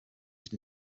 used